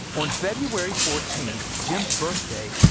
on february fourteen, jims birthday,